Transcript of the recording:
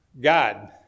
God